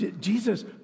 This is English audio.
Jesus